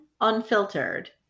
Unfiltered